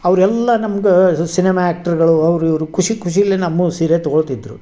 ಅವರೆಲ್ಲ ನಮ್ಗೆ ಸಿನೆಮಾ ಆ್ಯಕ್ಟ್ರ್ಗಳು ಅವರು ಇವರು ಖುಷಿ ಖುಷಿಲೇ ನಮ್ಮ ಸೀರೆ ತಗೊಳ್ತಿದ್ದರು